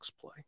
play